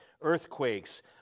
earthquakes